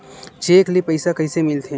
Cheque ले पईसा कइसे मिलथे?